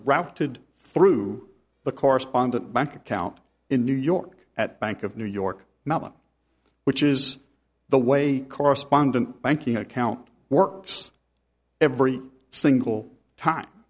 routed through the correspondent bank account in new york at bank of new york which is the way correspondent banking account works every single time